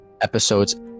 episodes